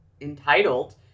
entitled